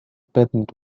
patent